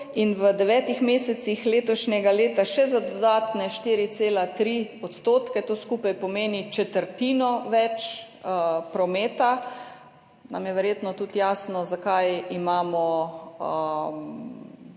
in v devetih mesecih letošnjega leta še za dodatne 4,3 %, to skupaj pomeni četrtino več prometa, nam je verjetno tudi jasno, zakaj imamo